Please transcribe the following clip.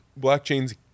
blockchain's